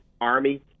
Army